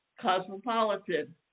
Cosmopolitan